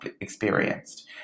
experienced